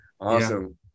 Awesome